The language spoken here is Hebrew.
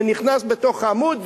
והוא נכנס בתוך העמוד,